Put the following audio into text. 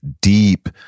deep